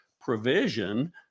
provision